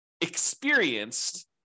experienced